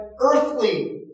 earthly